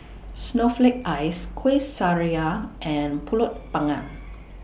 Snowflake Ice Kueh Syara and Pulut Panggang